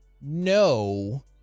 no